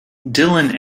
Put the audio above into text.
dillon